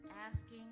asking